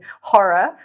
horror